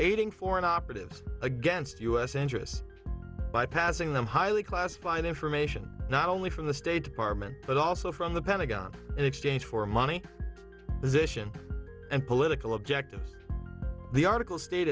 aiding foreign operatives against u s interests by passing them highly classified information not only from the state department but also from the pentagon in exchange for money position and political objectives the article stated